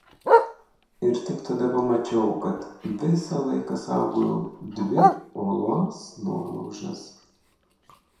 ir tik tada pamačiau kad visą laiką saugojau dvi uolos nuolaužas